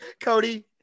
Cody